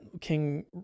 king